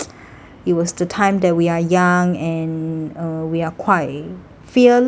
it was the time that we are young and uh we're quite fearless